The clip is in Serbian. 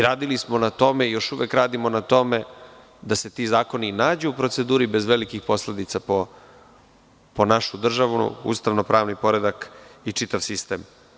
Radili smo na tome i još uvek radimo na tome da se ti zakoni nađu u proceduri bez velikih posledica po našu državu, ustavno-pravni poredak i čitav sistem.